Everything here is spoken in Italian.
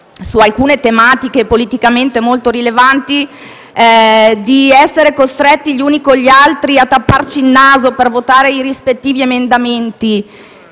su alcune tematiche politicamente molto rilevanti, di essere costretti gli uni con gli altri a tapparci il naso per votare i rispettivi emendamenti